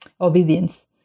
obedience